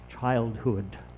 childhood